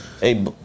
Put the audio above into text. Hey